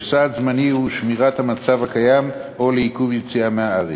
לסעד זמני לשמירת המצב הקיים או לעיכוב יציאה מהארץ.